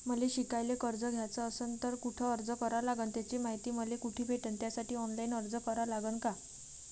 मले शिकायले कर्ज घ्याच असन तर कुठ अर्ज करा लागन त्याची मायती मले कुठी भेटन त्यासाठी ऑनलाईन अर्ज करा लागन का?